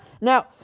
Now